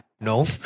No